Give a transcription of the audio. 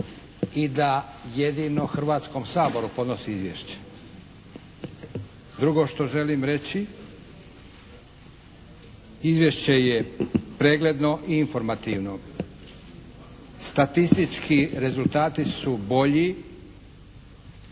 i da jedino Hrvatskom saboru podnosi izvješće. Drugo što želim reći, izvješće je pregledno i informativno. Statistički rezultati su bolji